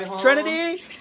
Trinity